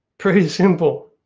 pretty simple.